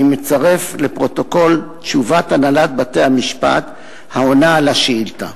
אני מצרף לפרוטוקול את תשובת הנהלת בתי-המשפט העונה על השאילתא.